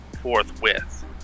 forthwith